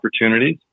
opportunities